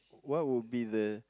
what would be the